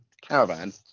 caravan